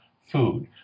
food